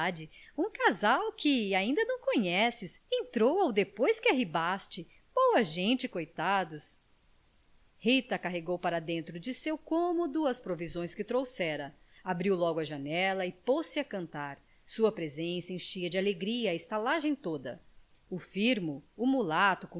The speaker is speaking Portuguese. um casal que inda não conheces entrou ao depois que arribaste boa gente coitados rita carregou para dentro do seu cômodo as provisões que trouxera abriu logo a janela e pôs-se a cantar sua presença enchia de alegria a estalagem toda o firmo o mulato